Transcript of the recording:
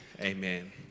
amen